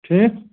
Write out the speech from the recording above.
ٹھیٖک